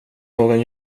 någon